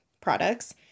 products